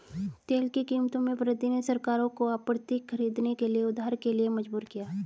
तेल की कीमतों में वृद्धि ने सरकारों को आपूर्ति खरीदने के लिए उधार के लिए मजबूर किया